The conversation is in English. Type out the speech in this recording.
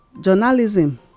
Journalism